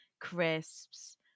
crisps